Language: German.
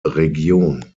region